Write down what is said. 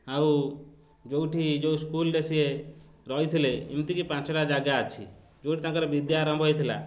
ଆଉ ଯେଉଁଠି ଯେଉଁ ସ୍କୁଲରେ ସିଏ ରହିଥିଲେ ଏମିତିକି ପାଞ୍ଚଟା ଜାଗା ଅଛି ଯେଉଁଠି ତାଙ୍କର ବିଦ୍ୟା ଆରମ୍ଭ ହେଇଥିଲା